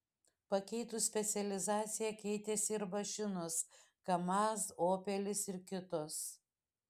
pakeitus specializaciją keitėsi ir mašinos kamaz opelis ir kitos